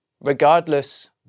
regardless